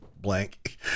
blank